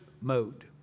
mode